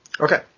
Okay